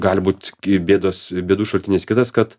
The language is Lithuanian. gali būt bėdos bėdų šaltinis kitas kad